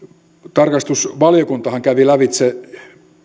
tarkastusvaliokuntahan kävi tätä lävitse